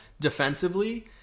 defensively